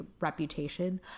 reputation